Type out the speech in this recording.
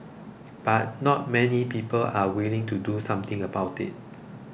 but not many people are willing to do something about it